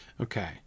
Okay